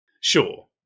sure